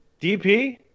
DP